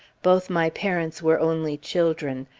both my parents were only children.